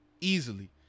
Easily